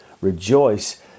Rejoice